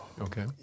Okay